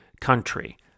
country